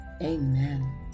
Amen